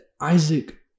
isaac